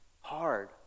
hard